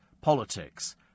politics